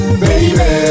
baby